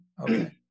Okay